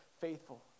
faithful